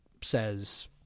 says